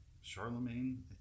Charlemagne